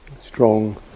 Strong